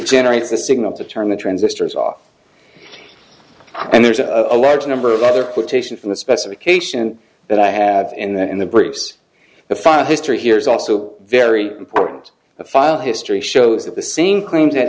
generates a signal to turn the transistors off and there's a large number of other quotation from the specification that i have and that in the bruce the file history here is also very important the file history shows that the same claims